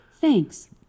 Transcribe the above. Thanks